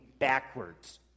backwards